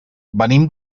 venim